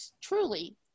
truly